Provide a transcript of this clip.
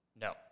no